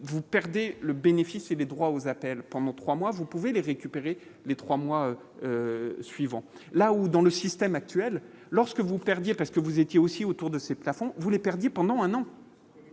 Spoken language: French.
vous perdez le bénéfice et les droits aux appels pendant 3 mois, vous pouvez les récupérer les 3 mois suivants, là où dans le système actuel, lorsque vous perdiez parce que vous étiez aussi autour de ces plafonds voulait perdu pendant un an.